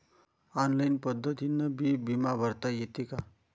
Online पद्धतीनं बी बिमा भरता येते का?